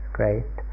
great